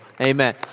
amen